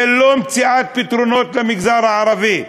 זה לא מציאת פתרונות למגזר הערבי,